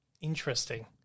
Interesting